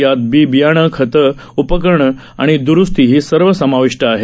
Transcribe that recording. यात बी बियाणं खतं उपकरणं आणि द्रुस्ती हे सर्व समाविष् आहे